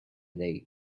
day